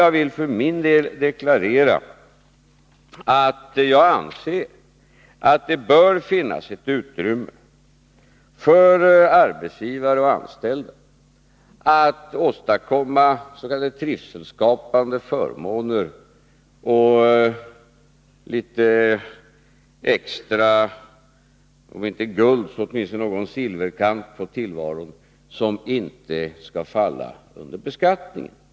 Jag vill för min del deklarera att jag anser att det bör finnas ett utrymme för arbetsgivare och anställda att åstadkomma s.k. trivselskapande förmåner och litet om inte guldså åtminstone silverkant på tillvaron som inte skall falla under beskattning.